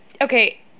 Okay